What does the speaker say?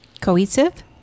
Cohesive